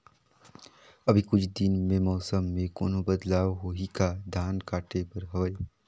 अभी कुछ दिन मे मौसम मे कोनो बदलाव होही का? धान काटे बर हवय?